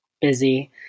busy